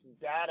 data